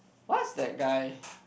what's that guy